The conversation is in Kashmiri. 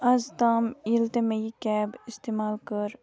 آز تام ییٚلہِ تہِ مےٚ یہِ کیب استعمال کٔر